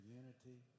unity